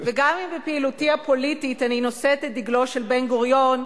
גם אם בפעילותי הפוליטית אני נושאת את דגלו של בן-גוריון,